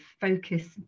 focus